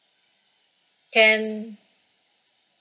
can